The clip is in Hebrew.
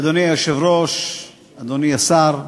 אדוני היושב-ראש, אדוני השר,